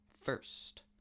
first